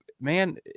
man